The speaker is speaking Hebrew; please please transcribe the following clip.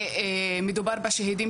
ומדובר בשאהידים